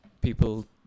people